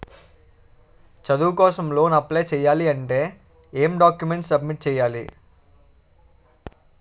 చదువు కోసం loan apply చేయాలి అంటే ఎం డాక్యుమెంట్స్ సబ్మిట్ చేయాలి?